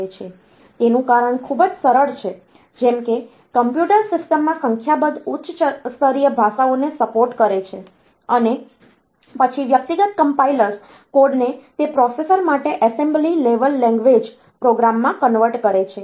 તેનું કારણ ખૂબ જ સરળ છે જેમ કે કોમ્પ્યુટર સિસ્ટમ સંખ્યાબંધ ઉચ્ચ સ્તરીય ભાષાઓને સપોર્ટ કરે છે અને પછી વ્યક્તિગત કમ્પાઇલર્સ કોડને તે પ્રોસેસર માટે એસેમ્બલી લેવલ લેંગ્વેજ પ્રોગ્રામમાં કન્વર્ટ કરે છે